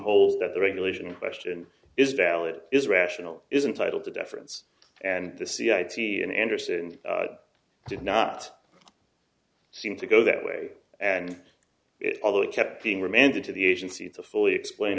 holes that the regulation in question is down it is rational isn't title to deference and the c i t and anderson did not seem to go that way and although it kept being remanded to the agency to fully explain